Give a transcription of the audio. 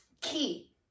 key